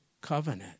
covenant